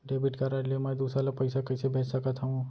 Debit card ले मैं दूसर ला पइसा कइसे भेज सकत हओं?